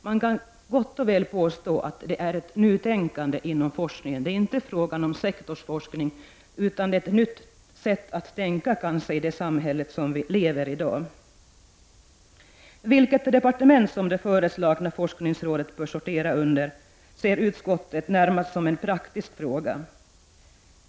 Man kan säga att det är ett nytänkande inom forskningen, inte sektorsforskning, utan ett nytt sätt att tänka och se samhället av i dag. Vilket departement som det föreslagna forskningsrådet bör sortera under ser utskottet närmast som en praktisk fråga.